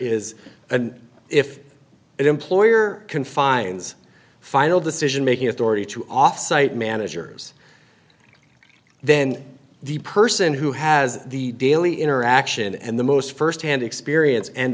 employer confines final decision making authority to offsite managers then the person who has the daily interaction and the most first hand experience and